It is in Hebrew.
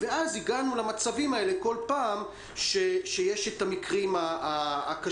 ואז אנחנו מגיעים בכל פעם למקרים הקשים